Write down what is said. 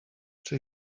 czy